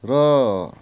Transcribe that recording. र